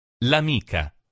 L'amica